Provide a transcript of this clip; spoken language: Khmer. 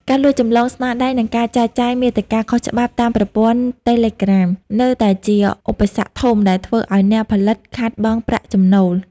ការលួចចម្លងស្នាដៃ និងការចែកចាយមាតិកាខុសច្បាប់តាមប្រព័ន្ធតេឡេក្រាម នៅតែជាឧបសគ្គធំដែលធ្វើឱ្យអ្នកផលិតខាតបង់ប្រាក់ចំណូល។